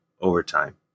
overtime